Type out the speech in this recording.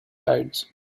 tides